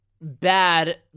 bad